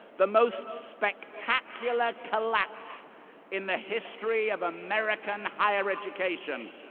the most spectacular collapse in the history of american higher education.